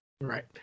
Right